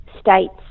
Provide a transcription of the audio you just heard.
states